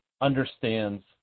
understands